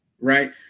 right